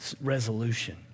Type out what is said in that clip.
resolution